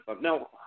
No